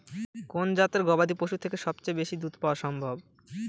কোন জাতের গবাদী পশু থেকে সবচেয়ে বেশি দুধ পাওয়া সম্ভব?